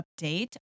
update